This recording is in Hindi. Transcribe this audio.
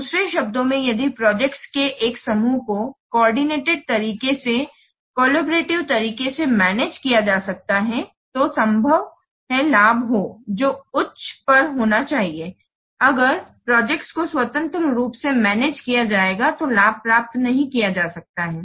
दूसरे शब्दों में यदि प्रोजेक्ट्स के एक समूह को कोऑर्डिनेटेड तरीके से कलबोरेटिवे तरीके से मैनेज किया जा सकता है तो संभव लाभ जो उच्च पर होना चाहिए अगर प्रोजेक्ट्स को स्वतंत्र रूप से मैनेज किया जाएगा तो लाभ प्राप्त नहीं किया जा सकता है